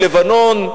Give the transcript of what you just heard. אל לבנון,